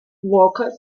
walker